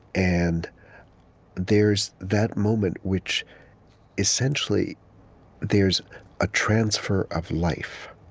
and there's that moment, which essentially there's a transfer of life